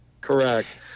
Correct